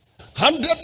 hundred